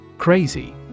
Crazy